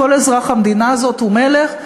כל אזרח המדינה הזאת הוא מלך,